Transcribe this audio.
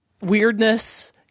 weirdness